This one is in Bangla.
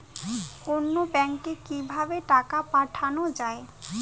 অন্যত্র ব্যংকে কিভাবে টাকা পাঠানো য়ায়?